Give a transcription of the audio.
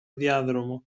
διάδρομο